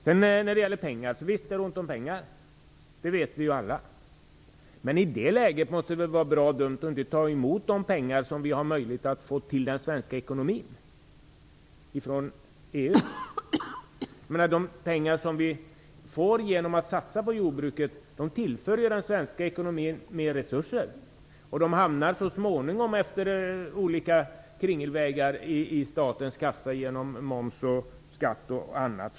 Visst är det ont om pengar. Det vet vi alla. I det läget måste det vara bra dumt att inte ta emot de pengar som vi har möjlighet att få in i den svenska ekonomin från EU. De pengar vi får genom att satsa på jordbruket tillför ju den svenska ekonomin mer resurser. De hamnar så småningom, efter olika kringelvägar, i statens kassa genom moms och skatt och annat.